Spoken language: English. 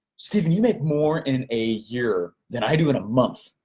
stephen, you make more in a year than i do in a month.